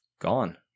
gone